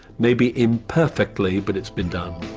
maybe imperfectly, but it's been done.